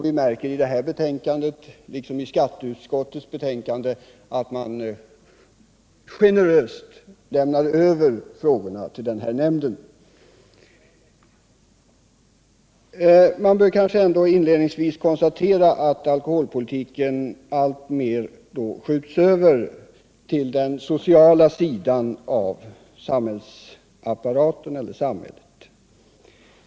Vi märker i detta betänkande, liksom i skatteutskottets, att man generöst lämnar över frågorna till den här nämnden. Man bör kanske till en början konstatera att alkoholpolitiken alltmer skjuts över till den sociala sidan.